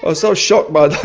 ah so shocked by